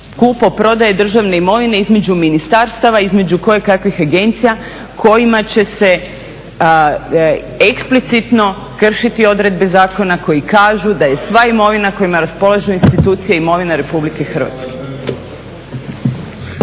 kupoprodaje državne imovine između ministarstava, između kojekakvih agencija kojima će se eksplicitno kršiti odredbe zakona koji kažu da je sva imovina kojima raspolažu institucije imovina Republike Hrvatske.